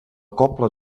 cobla